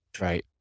right